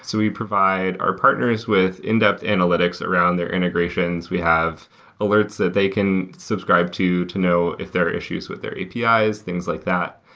so we provide our partners with in-depth analytics around their integrations we have alerts that they can subscribe to to know if there are issues with their apis, things like that.